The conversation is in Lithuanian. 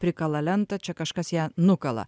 prikala lentą čia kažkas ją nukala